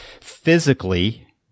physically